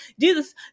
Jesus